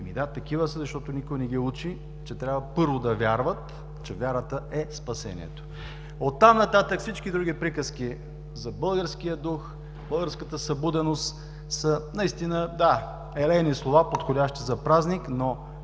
Да, такива са, защото никой не ги учи, че трябва, първо, да вярват, че вярата е спасението. Оттам нататък всички други приказки за българския дух, българската събуденост, са да, елейни слова, подходящи за празник, но